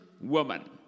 woman